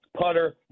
Putter